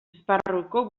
esparruko